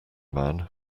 man